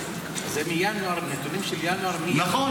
זה מינואר, נתונים של ינואר 2023. נכון.